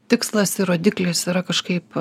tikslas ir rodiklis yra kažkaip